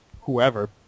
whoever